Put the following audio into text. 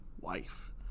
wife